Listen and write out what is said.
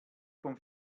vom